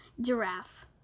giraffe